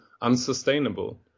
unsustainable